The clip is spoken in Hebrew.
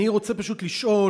אני רוצה פשוט לשאול,